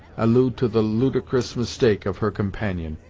allude to the ludicrous mistake of her companion.